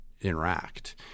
interact